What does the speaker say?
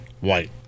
White